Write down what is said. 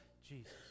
Jesus